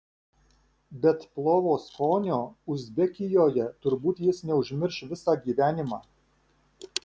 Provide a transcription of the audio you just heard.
bet plovo skonio uzbekijoje turbūt jis neužmirš visą gyvenimą